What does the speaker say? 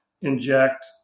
inject